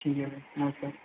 ठीक है भाई नमस्ते